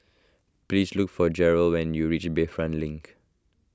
please look for Gerold when you reach Bayfront Link